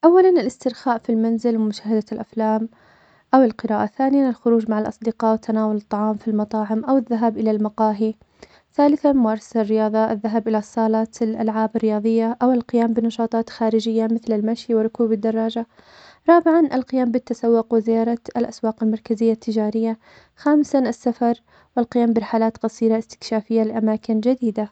أولاً, الإسترخاء في المنزل, ومشاهدة الأفلام أو القراءة, ثانياً الخروج مع الأصدقاء وتناول الطعام في المطاعم أو الذهاب إلى المقاهي, ثالثاً, ممارسة الرياضة, الذهاب إلى الصالات, الألعاب الرياضية, أو القيام بنشاطات خارجية, مثل المشي وركوب الدراجة, رابعاً القيام بالتسوق, وزيارة الأسواق المركزية التجارية, خامساً, السفر, والقيام برحلات قصيرة إستكشافية لأماكن جديدة.